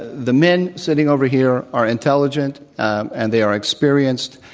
the men sitting over here are intelligent, and they are experienced,